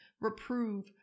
reprove